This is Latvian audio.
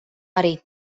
arī